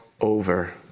over